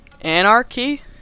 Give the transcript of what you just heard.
Anarchy